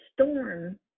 storm